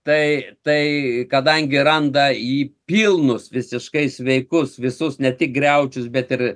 tai tai kadangi randa į pilnus visiškai sveikus visus ne tik griaučius bet ir